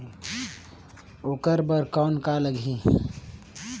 ओकर बर कौन का लगी?